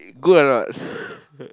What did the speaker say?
good or not